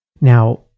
Now